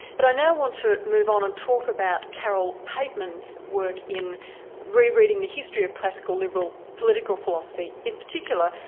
but i now want to move on and talk about carole pateman's work in re-reading the history of classical liberal political philosophy, in particular,